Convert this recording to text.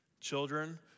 Children